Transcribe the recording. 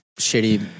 shitty